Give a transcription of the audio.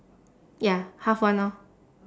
ya half one orh